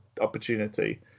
opportunity